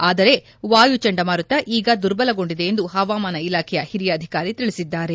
ಆದರೆ ವಾಯು ಚಂಡಮಾರುತ ಈಗ ದುರ್ಬಲಗೊಂಡಿದೆ ಎಂದು ಹವಾಮಾನ ಇಲಾಖೆಯ ಹಿರಿಯ ಅಧಿಕಾರಿ ತಿಳಿಸಿದ್ದಾರೆ